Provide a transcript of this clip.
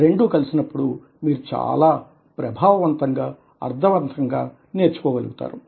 రెండు కలిసినప్పుడు మీరు చాలా ప్రభావవంతంగా అర్థవంతంగా నేర్చుకో గలుగుతారు